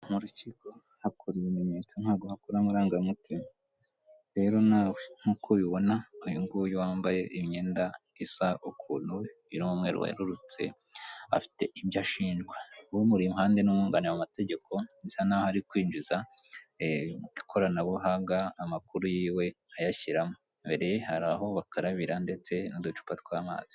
Mu rukiko hakora ibimenyetso ntabwo hakora amarangamutima rero nawe nk'uko ubibona uyunguyu wambaye imyenda isa ukuntu uyu ni umweru wererutse afite ibyo ashinjwa, umuri impande ni umwunganira mu mategeko asa n'aho ari kwinjiza mu ikoranabuhanga amakuru yiwe ayashyiramo, imbere hari aho bakarabira ndetse n'uducupa tw'amazi.